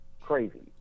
crazy